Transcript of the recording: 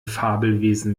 fabelwesen